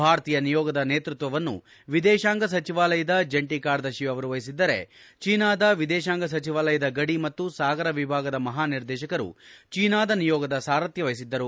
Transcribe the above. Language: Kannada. ಭಾರತೀಯ ನಿಯೋಗದ ನೇತೃತ್ವವನ್ನು ವಿದೇಶಾಂಗ ಸಚಿವಾಲಯದ ಜಂಟಿ ಕಾರ್ಯದರ್ಶಿ ಅವರು ವಹಿಸಿದ್ದರೆ ಚೀನಾದ ವಿದೇಶಾಂಗ ಸಚಿವಾಲಯದ ಗದಿ ಮತ್ತು ಸಾಗರ ವಿಭಾಗದ ಮಹಾನಿರ್ದೇಶಕರು ಚೀನಾದ ನಿಯೋಗದ ಸಾರಥ್ಯ ವಹಿಸಿದ್ದರು